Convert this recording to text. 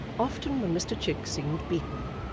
often when mr chick seemed beaten,